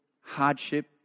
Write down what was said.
hardship